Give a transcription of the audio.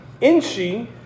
inchi